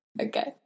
Okay